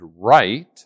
right